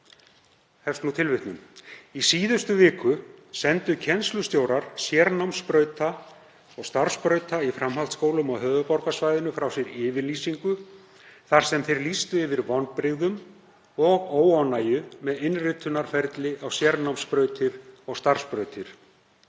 miklu máli: „Í síðustu viku sendu kennslustjórar sérnámsbrauta/starfsbrauta í framhaldsskólum á höfuðborgarsvæðinu frá sér yfirlýsingu þar sem þeir lýstu yfir vonbrigðum og óánægju með innritunarferli á sérnámsbrautir og starfsbrautir.